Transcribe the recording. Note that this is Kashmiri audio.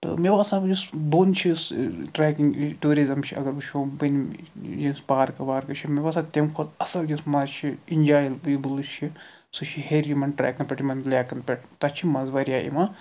تہٕ مےٚ باسان یُس بۅن چھُ یُس ٹریٚکِنٛگ ٹیٛوٗرِزٕم چھِ اَگر وُچھَو بۅنمہِ یُس پارکہٕ وارکہٕ چھِ مےٚ باسان تَمہِ کھۄتہٕ اَصٕل یُس مَزٕ چھُ اینجاییبُل یُس چھُ سُہ چھُ ہیٚرِ یِمَن ٹریکَن پٮ۪ٹھ یِمَن لیکَن پٮ۪ٹھ تَتہِ چھُ مَزٕ واریاہ یِوان